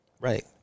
Right